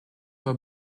were